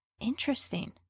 Interesting